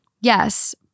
yes